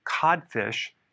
codfish